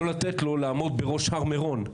לא לתת לו במה בראש הר מירון.